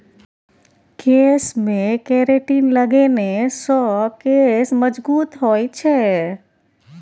केशमे केरेटिन लगेने सँ केश मजगूत होए छै